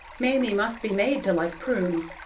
mamie must be made to like prunes.